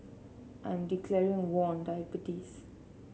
I am declaring war on diabetes